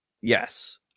yes